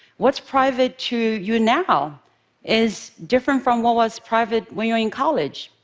what's private to you now is different from what was private when you were in college.